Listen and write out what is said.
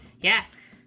Yes